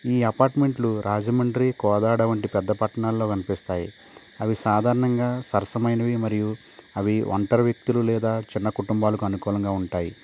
ఈ అపార్ట్మెంట్లు రాజమండ్రి కోదాడ వంటి పెద్ద పట్టణాలలో కనిపిస్తాయి అవి సాధారణంగా సరసమైనవి మరియు అవి ఒంటరి వ్యక్తులు లేదా చిన్న కుటుంబాలకు అనుకూలంగా ఉంటాయి